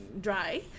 dry